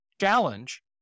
challenge